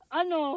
ano